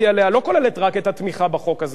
עליה לא כוללת רק את התמיכה בחוק הזה,